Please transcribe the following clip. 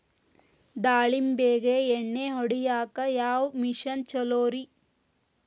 ದಾಳಿಂಬಿಗೆ ಎಣ್ಣಿ ಹೊಡಿಯಾಕ ಯಾವ ಮಿಷನ್ ಛಲೋರಿ?